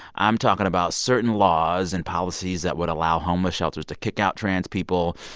i'm talking about certain laws and policies that would allow homeless shelters to kick out trans people.